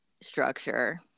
structure